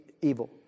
evil